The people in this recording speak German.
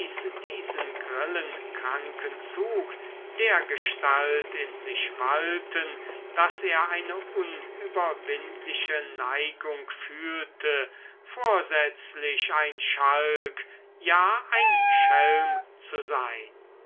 diesen grillenkranken zug dergestalt in sich walten daß er eine unüberwindliche neigung fühlte vorsätzlich ein schalk ja ein schelm zu sein